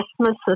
Christmas